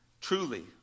truly